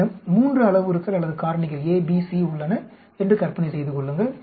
என்னிடம் மூன்று அளவுருக்கள் அல்லது காரணிகள் A B C உள்ளன என்று கற்பனை செய்துகொள்ளுங்கள்